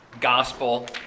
Gospel